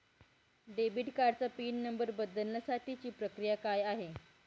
Debit कार्डचा PIN number बदलण्यासाठीची प्रक्रिया काय आहे?